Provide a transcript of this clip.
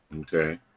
Okay